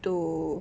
to